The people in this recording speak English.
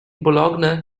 bologna